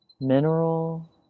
mineral